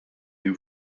new